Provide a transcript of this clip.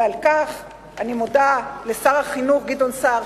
ועל כך אני מודה לשר החינוך גדעון סער,